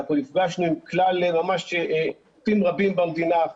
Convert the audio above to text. אנחנו נפגשנו עם גופים רבים במדינה,